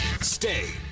Stay